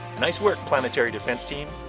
nice work planetary defense team.